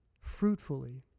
fruitfully